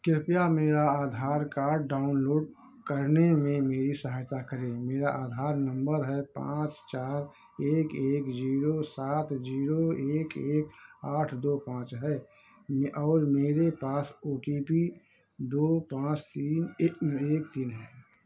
कृपया मेरा Aadhaar card download करने में मेरी सहायता करें मेरा आधार नम्बर है पाँच चार एक एक जीरो सात जीरो एक एक आठ दो पाँच है और मेरे पास ओ टी पी दो पाँच तीन एक तीन है